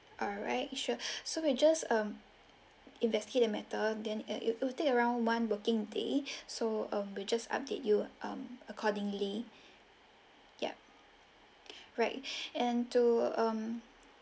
alright sure so we'll just um investigate the matter then it it will take around one working day so um we'll just update you um accordingly yup right and to um